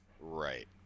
Right